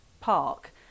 park